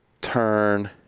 turn